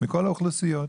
מכל האוכלוסיות.